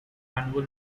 annual